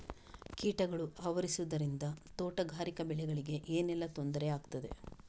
ಕೀಟಗಳು ಆವರಿಸುದರಿಂದ ತೋಟಗಾರಿಕಾ ಬೆಳೆಗಳಿಗೆ ಏನೆಲ್ಲಾ ತೊಂದರೆ ಆಗ್ತದೆ?